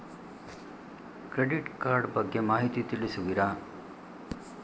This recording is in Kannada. ಕ್ರೆಡಿಟ್ ಕಾರ್ಡ್ ಬಗ್ಗೆ ಮಾಹಿತಿ ತಿಳಿಸುವಿರಾ?